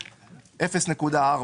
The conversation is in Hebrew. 0.4,